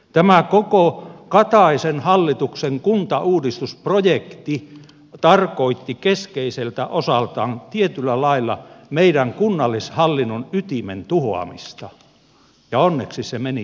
tämä koko kataisen hallituksen kuntauudistusprojekti tarkoitti keskeiseltä osaltaan tietyllä lailla meidän kunnallishallinnon ytimen tuhoamista ja onneksi se meni kiville